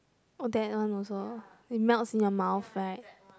oh that one also it melts in your mouth right